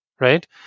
right